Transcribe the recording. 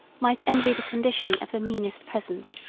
might envy the condition of the meanest peasant.